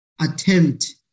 attempt